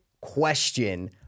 question